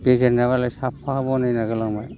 गेजेरनिया मालाय साफा बानायना गालांबाय